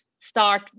start